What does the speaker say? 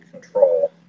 control